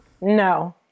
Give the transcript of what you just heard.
No